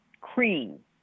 cream